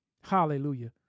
Hallelujah